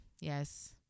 Yes